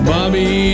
Bobby